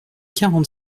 quarante